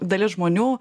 dalis žmonių